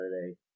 Saturday